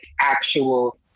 actual